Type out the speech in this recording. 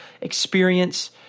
experience